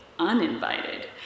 Uninvited